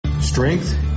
Strength